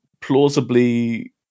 plausibly